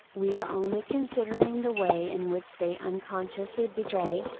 we are only considering the way in which they unconsciously betray,